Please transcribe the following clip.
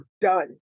done